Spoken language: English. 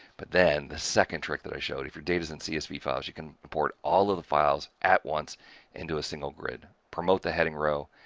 but then, the second trick that i showed you if your data's in csv files, you can import all of the files at once into a single grid, promote the heading row.